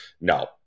No